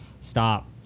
stop